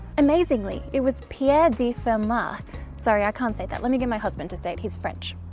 amazingly it was pierre de fermat sorry, i can't say that lemme get my husband to say it he's french.